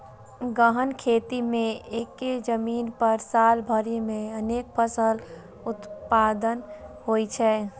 गहन खेती मे एक्के जमीन पर साल भरि मे अनेक फसल उत्पादन होइ छै